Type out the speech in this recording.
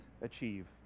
achieve